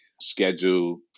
schedule